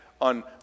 on